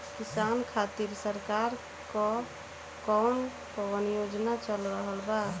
किसान खातिर सरकार क कवन कवन योजना चल रहल बा?